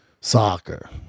soccer